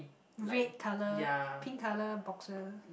red colour pink colour boxer